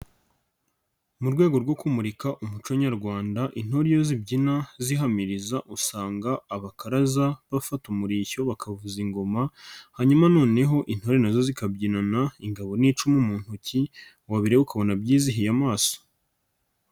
Mu rwego rwo kumurika umuco nyarwanda intore iyo zibyina zihamiriza usanga abakaraza bafata umurishyo bakavuza ingoma hanyuma noneho intore na zo zikabyinana ingabo n'icumu mu ntoki wabireba ukabona byizihiye amaso.